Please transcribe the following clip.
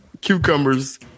Cucumbers